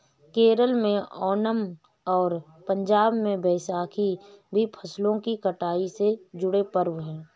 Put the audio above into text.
केरल में ओनम और पंजाब में बैसाखी भी फसलों की कटाई से जुड़े पर्व हैं